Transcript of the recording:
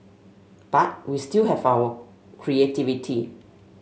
but we still have our creativity